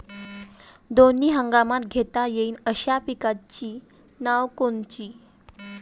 दोनी हंगामात घेता येईन अशा पिकाइची नावं कोनची?